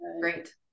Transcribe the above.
Great